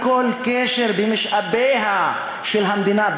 כל קשר למשאביה של המדינה,